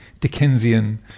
Dickensian